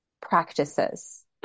practices